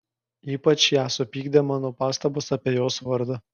ypač ją supykdė mano pastabos apie jos vardą